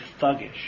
thuggish